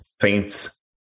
faints